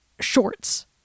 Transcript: shorts